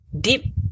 deep